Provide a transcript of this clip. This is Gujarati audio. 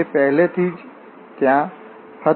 તે પહેલાથી જ ત્યાં હતો